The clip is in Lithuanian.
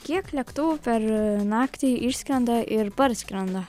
kiek lėktuvų per naktį išskrenda ir parskrenda